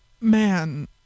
Man